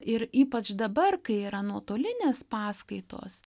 ir ypač dabar kai yra nuotolinės paskaitos